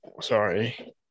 sorry